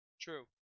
True